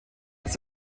das